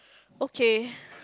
okay